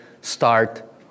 start